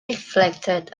reflected